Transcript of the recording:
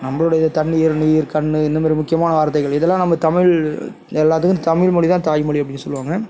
நம்பளோடய தண்ணிர் நீர் கண் இந்தமாதிரி முக்கியமான வார்த்தைகள் இதெல்லாம் நம்ம தமிழ் எல்லாத்துக்கும் தமிழ் மொழிதான் தாய் மொழி அப்படின்னு சொல்லுவாங்க